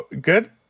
Good